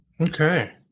Okay